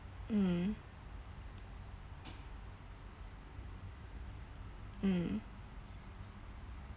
mm mm